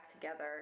together